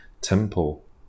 temple